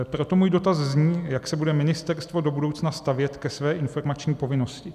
Proto můj dotaz zní: Jak se bude ministerstvo do budoucna stavět ke své informační povinnosti?